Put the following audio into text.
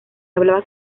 hablaba